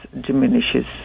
diminishes